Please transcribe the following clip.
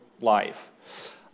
life